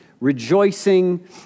rejoicing